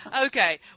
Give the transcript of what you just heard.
Okay